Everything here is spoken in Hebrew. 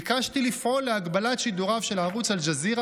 ביקשתי לפעול להגבלת שידוריו של ערוץ אל-ג'זירה